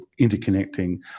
interconnecting